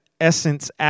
Essence